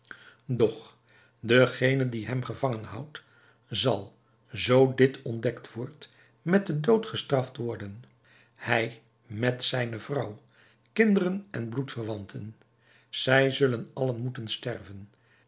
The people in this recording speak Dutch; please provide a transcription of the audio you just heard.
doch degene die hem gevangen houdt zal zoo dit ontdekt wordt met den dood gestraft worden hij met zijne vrouw kinderen en bloedverwanten zij zullen allen moeten sterven